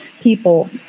people